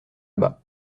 bas